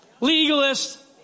legalist